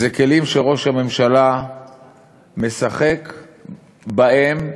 זה כלים שראש הממשלה משחק בהם,